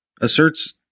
asserts